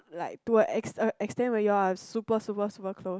like to a ex~ extent where you are super super super close